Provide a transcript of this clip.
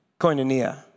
Koinonia